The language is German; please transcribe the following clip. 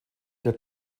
der